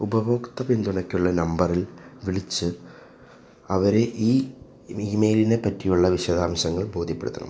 ഉപഭോക്ത പിന്തുണയ്ക്കുള്ള നമ്പറിൽ വിളിച്ച് അവരെ ഇ ഇമെയിലിനെ പറ്റിയുള്ള വിശദാംശങ്ങൾ ബോദ്ധ്യപ്പെടുത്തണം